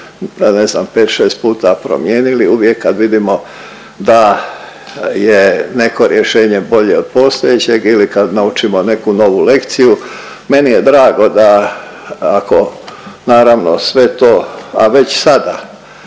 ne znam, 5, 6 puta promijenili, uvijek kad vidimo da je neko rješenje bolje od postojećeg ili kad naučimo neku novu lekciju. Meni je drago da, ako naravno sve to, a već sada